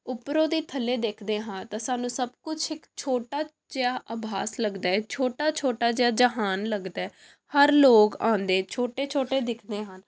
ਉੱਪਰੋਂ ਦੀ ਥੱਲੇ ਦੇਖਦੇ ਹਾਂ ਤਾਂ ਸਾਨੂੰ ਸਭ ਕੁਝ ਇੱਕ ਛੋਟਾ ਜਿਹਾ ਅਭਾਸ ਲੱਗਦਾ ਛੋਟਾ ਛੋਟਾ ਜਿਹਾ ਜਹਾਨ ਲੱਗਦਾ ਹਰ ਲੋਕ ਆਉਂਦੇ ਛੋਟੇ ਛੋਟੇ ਦਿਖਦੇ ਹਨ